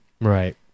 Right